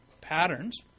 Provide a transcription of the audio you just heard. patterns